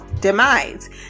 demise